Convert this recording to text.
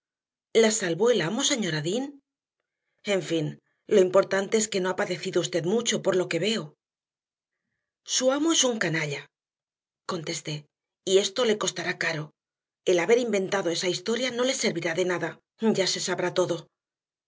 las salvó el amo señora dean en fin lo importante es que no ha padecido usted mucho por lo que veo su amo es un canalla contesté y esto le costará caro el haber inventado esa historia no le servirá de nada ya se sabrá todo